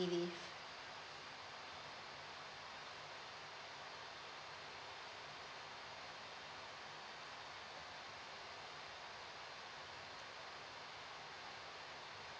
leave